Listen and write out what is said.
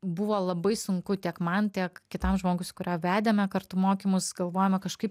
buvo labai sunku tiek man tiek kitam žmogui su kuriuo vedėme kartu mokymus galvojame kažkaip